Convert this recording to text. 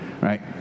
right